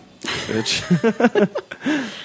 bitch